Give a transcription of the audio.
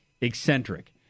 eccentric